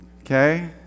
okay